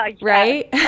right